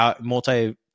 multi-